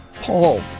Paul